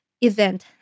event